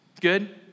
Good